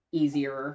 easier